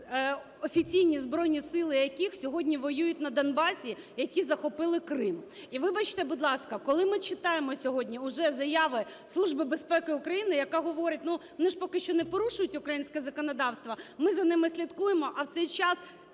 офіційні Збройні Сили яких сьогодні воюють на Донбасі, які захопили Крим. І, вибачте, будь ласка, коли ми читаємо сьогодні вже заяви Служби безпеки України, яка говорить: ну, вони ж поки що не порушують українське законодавство, ми за ними слідкуємо. А в цей час